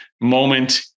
moment